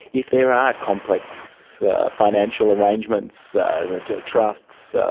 if there are complex financial arrangements trusts,